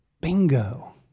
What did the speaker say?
Bingo